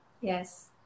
Yes